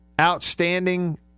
outstanding